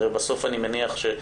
הרי בסוף אני מניח ש-,